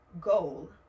goal